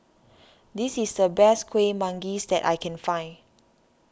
this is the best Kuih Manggis that I can find